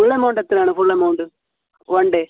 full amount എത്രയാണ് full amount one day